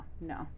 no